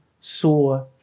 saw